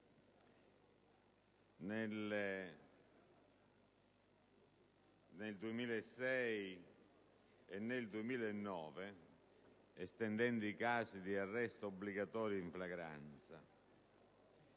nel 2006 e nel 2009 con l'estensione dei casi di arresto obbligatorio in flagranza: